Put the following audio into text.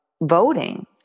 voting